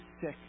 sick